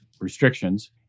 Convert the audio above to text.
restrictions